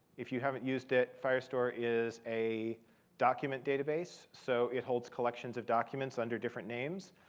if you haven't used it, firestore is a document database. so it holds collections of documents under different names.